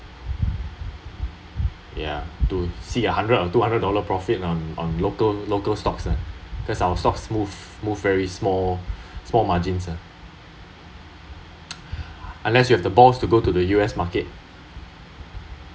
yeah to see a hundred or two hundred dollar profit on on local local stocks lah cause our stocks move move very small small margins ah unless you have the balls to go to the U_S market